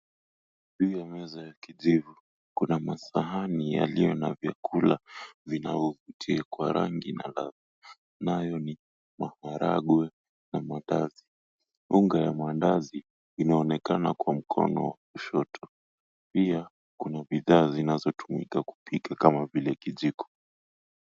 Hii ni meza ya kijivu, kuna masahani iliyo na vyakula vinavyovutia kwa rangi na ladha, nayo ni maharagwe na mandazi. Unga wa mandazi unaonekana kwa mkono wa kushoto, pia kuna bidhaa zinazotumika kupika kama vile kijiko.